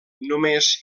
només